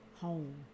home